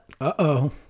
Uh-oh